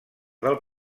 del